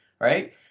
right